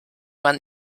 man